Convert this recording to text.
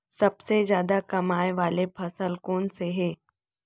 सबसे जादा कमाए वाले फसल कोन से हे?